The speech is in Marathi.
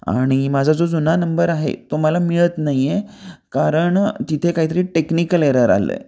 आणि माझा जो जुना नंबर आहे तो मला मिळत नाही आहे कारण तिथे काहीतरी टेक्निकल एरर आलं आहे